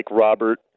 Robert